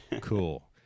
Cool